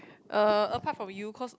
uh apart from you because